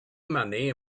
money